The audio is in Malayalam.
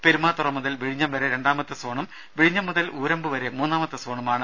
പെരുമാതുറ മുതൽ വിഴിഞ്ഞം വരെ രണ്ടാമത്തെ സോണും വിഴിഞ്ഞം മുതൽ ഊരമ്പ് വരെ മൂന്നാമത്തെ സോണുമാണ്